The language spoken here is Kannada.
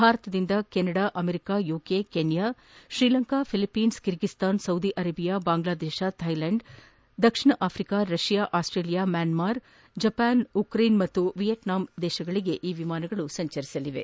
ಭಾರತದಿಂದ Canada America UK ಕೀನ್ಲಾ Sri Lanka ಫಿಲಿಪ್ವೀನ್ ಕಿರ್ಗಿಸ್ಟಾನ್ Saudi Arabia Bangladesh Thailand ದಕ್ಷಿಣ ಆಫ್ರಿಕಾ ರಷ್ಲಾ ಆಸ್ಗೇಲಿಯಾ ಮ್ಲಾನ್ಸಾರ್ ಜಪಾನ್ ಉಕ್ರೇನ್ ಮತ್ತು ವಿಯೆಟ್ಟಾಂ ರಾಷ್ಟಗಳಿಗೆ ವಿಮಾನಗಳು ಸಂಚಾರ ನಡೆಸಲಿವೆ